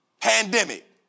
pandemic